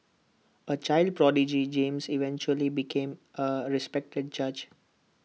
A child prodigy James eventually became A respected judge